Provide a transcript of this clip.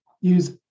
use